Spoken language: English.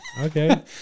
Okay